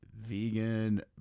vegan